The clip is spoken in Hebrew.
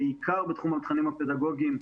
בעיקר בתחום התכנים הפדגוגיים,